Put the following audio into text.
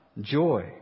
joy